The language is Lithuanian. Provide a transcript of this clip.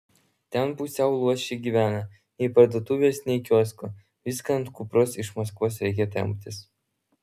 ten pusiau luoši gyvena nei parduotuvės nei kiosko viską ant kupros iš maskvos reikia temptis